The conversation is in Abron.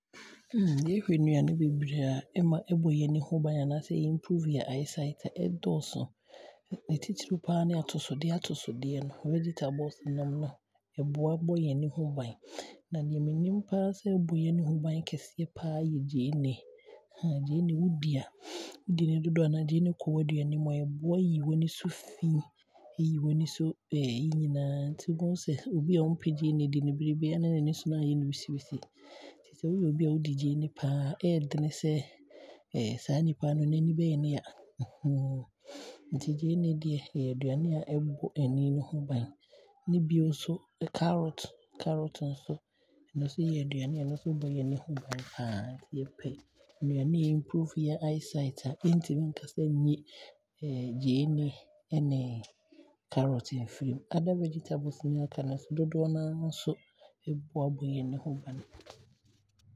Nnuane a ɛbɔ ani ho bane, carrot ka ho, gyeene ka ho wani so, wodi gyeene no a ɛyi w’ani so ne, cucumber nso dokota bi aama me aate aseɛ sɛɛ ɛno nso sɛ wotaa we a, ɛyi w’ani so fi. Nti saa nnuane no ne wodi a ɛbɔ w’ani ho bane.